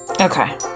Okay